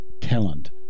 talent